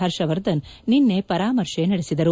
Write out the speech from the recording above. ಹರ್ಷವರ್ಧನ್ ನಿನ್ನೆ ಪರಾಮರ್ಶೆ ನಡೆಸಿದರು